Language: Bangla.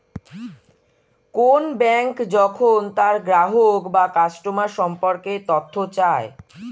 কোন ব্যাঙ্ক যখন তার গ্রাহক বা কাস্টমার সম্পর্কে তথ্য চায়